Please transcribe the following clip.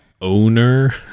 owner